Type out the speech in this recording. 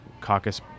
caucus